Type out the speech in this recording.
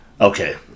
okay